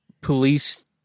police